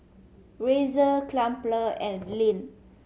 Razer Crumpler and Lindt